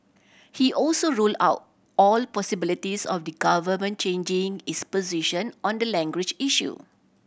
he also rule out all possibilities of the Government changing its position on the language issue